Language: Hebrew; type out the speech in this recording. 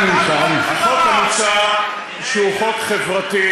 החוק המוצע הוא חוק חברתי,